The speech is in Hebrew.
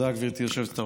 תודה, גברתי היושבת-ראש.